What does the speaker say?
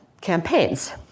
campaigns